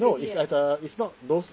no is like a it's not those